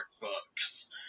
books